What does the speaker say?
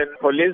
Police